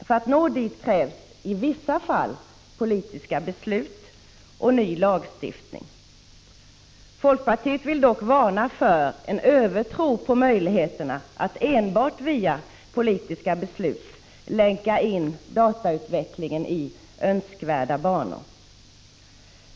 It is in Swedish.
För att vi skall nå dit « .vsi vissa fall politiska beslut och ny lagstiftning. Folkpartiet vill dock varna för en övertro på möjligheterna att enbart via politiska beslut länka in datautvecklingen i önskvärda banor.